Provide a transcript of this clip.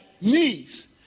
knees